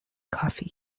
coffee